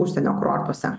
užsienio kurortuose